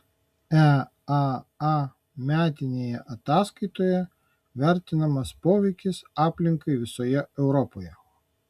eaa metinėje ataskaitoje vertinamas poveikis aplinkai visoje europoje